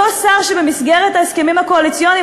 אותו שר שבמסגרת ההסכמים הקואליציוניים